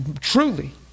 Truly